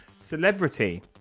Celebrity